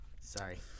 Sorry